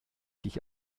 dich